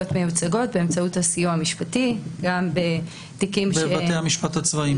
מיוצגות באמצעות הסיוע המשפטי --- בבתי המשפט הצבאיים.